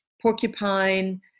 porcupine